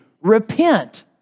Repent